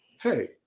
hey